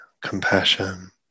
compassion